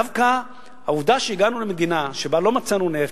דווקא העובדה שהגענו למדינה שלא מצאנו בה נפט,